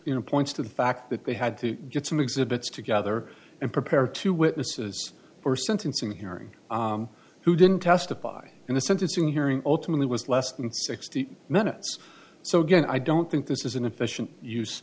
you know points to the fact that they had to get some exhibits together and prepare two witnesses for sentencing hearing who didn't testify in the sentencing hearing ultimately was less than sixty minutes so again i don't think this is an efficient use